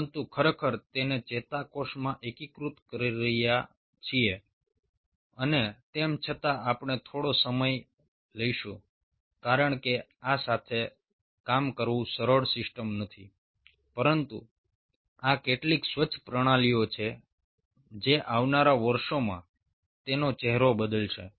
પરંતુ ખરેખર તેને ચેતાકોષમાં એકીકૃત કરી રહ્યા છીએ અને તેમ છતાં આપણે થોડો વધુ સમય લઈશું કારણ કે આ સાથે કામ કરવું સરળ સિસ્ટમ નથી પરંતુ આ કેટલીક સ્વચ્છ પ્રણાલીઓ છે જે આવનારા વર્ષોમાં તેનો ચહેરો બદલશે